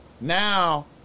now